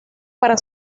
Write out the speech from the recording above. para